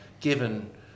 given